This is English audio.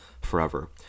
forever